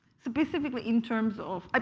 specifically in terms of ah